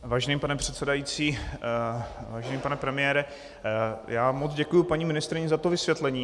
Vážený pane předsedající, vážený pane premiére, moc děkuji paní ministryni za to vysvětlení.